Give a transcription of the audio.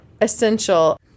Essential